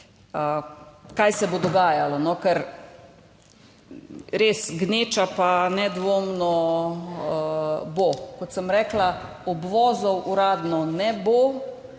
kaj se bo dogajalo. Ker res, gneča pa nedvomno bo. Kot sem rekla, obvozov uradno ne bo,